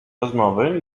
rozmowy